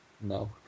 no